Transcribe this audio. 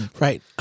Right